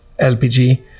LPG